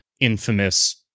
infamous